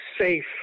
safe